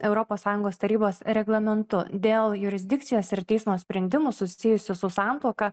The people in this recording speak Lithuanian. europos sąjungos tarybos reglamentu dėl jurisdikcijos ir teismo sprendimų susijusių su santuoka